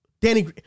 Danny